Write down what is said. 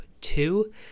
two